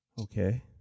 Okay